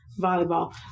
volleyball